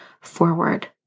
forward